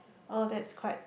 oh that's quite